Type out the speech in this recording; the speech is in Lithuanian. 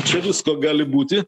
čia visko gali būti